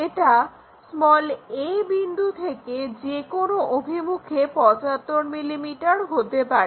এটা a বিন্দু থেকে যে কোনো অভিমুখে 75 mm হতে পারে